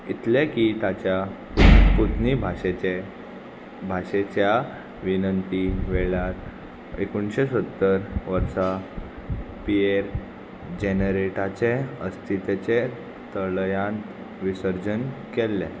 इतलें की ताच्या पुतनी भाशेचें भाशेच्या विनंती वेळार एकुणशे सत्तर वर्सा पियेर जॅनरेटाचे अस्तित्चे तळ्यांत विसर्जन केल्लें